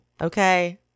Okay